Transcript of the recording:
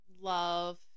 love